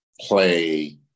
play